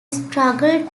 struggled